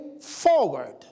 forward